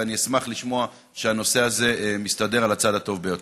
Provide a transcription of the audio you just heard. ואני אשמח לשמוע שהנושא הזה מסתדר על הצד הטוב ביותר.